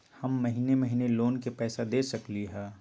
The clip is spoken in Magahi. हम महिने महिने लोन के पैसा दे सकली ह?